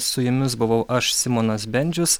su jumis buvau aš simonas bendžius